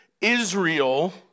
Israel